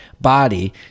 body